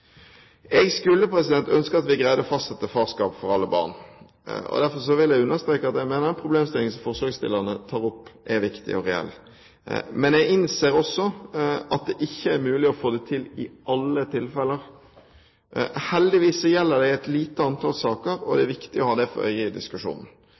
Jeg skulle ønske at vi greide å fastsette farskap for alle barn. Derfor vil jeg understreke at jeg mener at problemstillingen som forslagsstillerne tar opp, er viktig og reell. Men jeg innser også at det ikke er mulig å få det til i alle tilfeller. Heldigvis gjelder dette et lite antall saker, og det